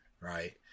right